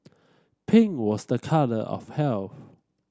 pink was a colour of health